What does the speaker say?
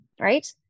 right